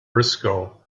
briscoe